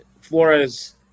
Flores